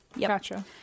Gotcha